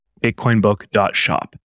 BitcoinBook.Shop